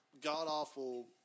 god-awful